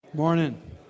Morning